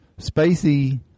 Spacey